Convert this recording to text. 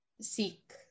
seek